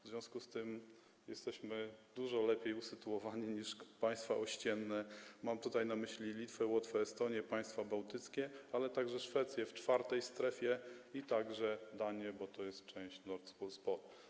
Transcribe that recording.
W związku z tym jesteśmy dużo lepiej usytuowani niż państwa ościenne, mam na myśli Litwę, Łotwę, Estonię, państwa bałtyckie, ale także Szwecję, w IV strefie, a także Danię, bo to jest część Nord Pool Spot.